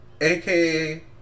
AKA